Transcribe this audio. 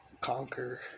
conquer